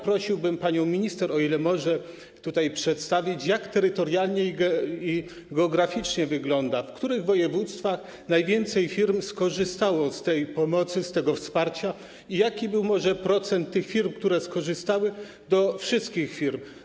Prosiłbym panią minister o odpowiedź, o ile może tutaj to przedstawić, jak terytorialnie i geograficznie to wygląda, w których województwach najwięcej firm skorzystało z tej pomocy, z tego wsparcia i jaki był procent tych firm, które skorzystały, porównując do wszystkich firm.